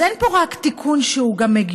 אז אין פה תיקון שהוא הגיוני,